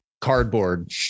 cardboard